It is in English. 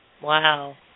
Wow